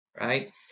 Right